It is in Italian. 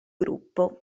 gruppo